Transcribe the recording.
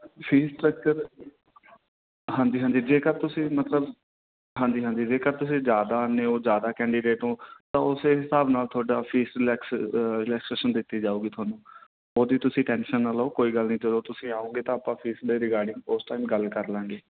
fees structure ਹਾਂਜੀ ਹਾਂਜੀ ਜੇਕਰ ਤੁਸੀਂ ਮਤਲਬ ਹਾਂਜੀ ਹਾਂਜੀ ਜੇਕਰ ਤੁਸੀਂ ਜ਼ਿਆਦਾ ਆਉਂਦੇ ਹੋ ਜ਼ਿਆਦਾ ਕੈਂਡੀਡੇਟ ਹੋ ਤਾਂ ਉਸ ਹਿਸਾਬ ਨਾਲ ਤੁਹਾਡਾ ਫੀਸ ਲੈਕਸ ਲੈਕਸੇਸ਼ਨ ਦਿੱਤੀ ਜਾਊਗੀ ਤੁਹਾਨੂੰ ਉਹਦੀ ਤੁਸੀਂ ਟੈਂਸ਼ਨ ਨਾ ਲਓ ਕੋਈ ਗੱਲ ਨਹੀਂ ਜਦੋਂ ਤੁਸੀਂ ਆਓਂਗੇ ਤਾਂ ਆਪਾਂ ਫੀਸ ਦੇ ਰਿਗਾਰਡਿੰਗ ਉਸ ਟਾਈਮ ਗੱਲ ਕਰ ਲਾਂਗੇ